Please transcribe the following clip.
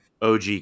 OG